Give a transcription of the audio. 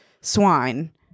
swine